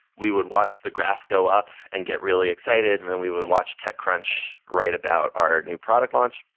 we would watch the graph go up and get really excited and then we would watch techcrunch write about our new product launch.